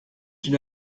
une